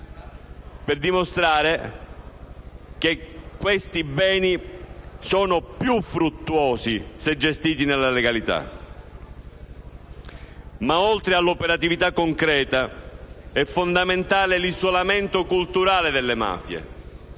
per dimostrare che sono più fruttuosi se gestiti nella legalità. Ma, oltre all'operatività concreta, è fondamentale l'isolamento culturale delle mafie,